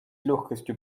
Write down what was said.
легкостью